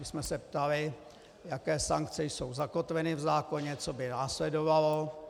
My jsme se ptali, jaké sankce jsou zakotveny v zákoně, co by následovalo.